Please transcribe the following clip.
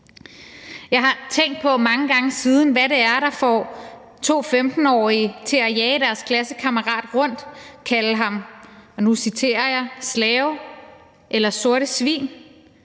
Jeg har tænkt på mange gange siden, hvad det er, der får to 15-årige til at jage deres klassekammerat rundt og kalde ham – og nu citerer jeg – »slave« eller »sorte svin«